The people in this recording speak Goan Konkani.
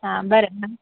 आं बरें आं